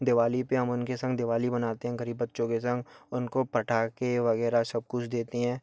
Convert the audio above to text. दिवाली पर हम उनके संग दिवाली मनाते हैं गरीब बच्चों के संग उनको पटाखे वगैरह सब कुछ देते हैं